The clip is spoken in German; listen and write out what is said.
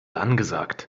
angesagt